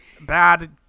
bad